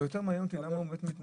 אבל יותר מעניין אותי למה הוא מתנגד.